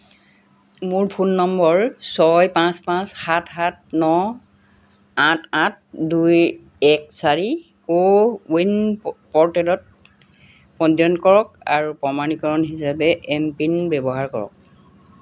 মোৰ phone number ছয় পাঁচ পাঁচ সাত সাত ন আঠ আঠ দুই এক চাৰি কো ৱিন প'ৰ্টেলত পঞ্জীয়ন কৰক আৰু প্ৰমাণীকৰণ হিচাপে এমপিন ব্যৱহাৰ কৰক